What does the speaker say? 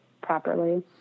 properly